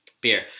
Beer